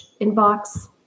inbox